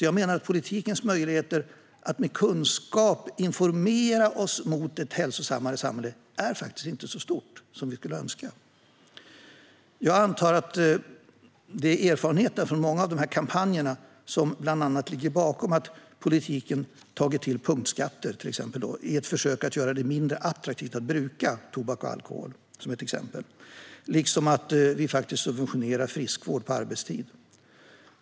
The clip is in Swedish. Jag menar att politikens möjligheter att med kunskap informera människor för att vi ska få ett hälsosammare samhälle faktiskt inte är så stora som vi skulle önska. Jag antar att det bland annat är erfarenheterna från många av dessa kampanjer som ligger bakom att politiken har tagit till exempelvis punktskatter i försök att göra det mindre attraktivt att bruka till exempel tobak och alkohol, och som också ligger bakom att friskvård på arbetstid subventioneras.